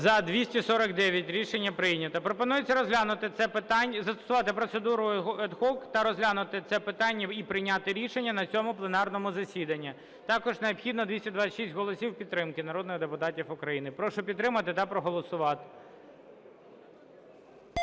За-249 Рішення прийнято. Пропонується розглянути це питання, застосувати процедуру ad hoc та розглянути це питання і прийняти рішення на цьому пленарному засіданні. Також необхідно 226 голосів підтримки народних депутатів України. Прошу підтримати та проголосувати.